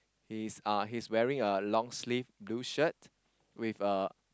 he's uh he's wearing a long sleeve blue shirt with a